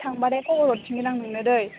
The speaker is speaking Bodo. थांब्लाथाय खबर हरफिनगोन आं नोंनो दै